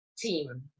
team